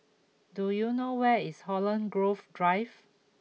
do you know where is Holland Grove Drive